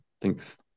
Thanks